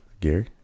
Gary